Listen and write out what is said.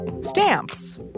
Stamps